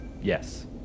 Yes